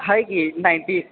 आहे की नाईनटी